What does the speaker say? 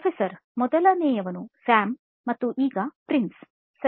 professor ಮೊದಲನೆಯವನು Sam ಮತ್ತು ಈಗ ಪ್ರಿನ್ಸ್ ಸರಿ